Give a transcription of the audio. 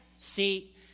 See